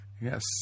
yes